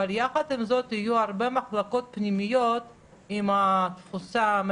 אבל יחד עם זאת יהיו הרבה מחלקות פנימיות עם תפוסה של